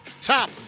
top